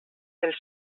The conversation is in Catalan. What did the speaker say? dels